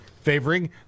favoring